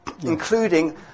Including